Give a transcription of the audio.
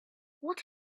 what